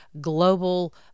global